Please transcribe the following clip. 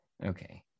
Okay